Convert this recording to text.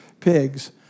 pigs